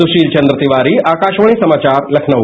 सुशीलचंद्रतिवारी आकाशवाणी समाचार लखनऊ